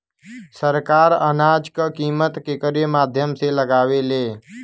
सरकार अनाज क कीमत केकरे माध्यम से लगावे ले?